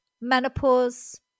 menopause